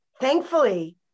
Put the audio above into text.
thankfully